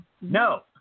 No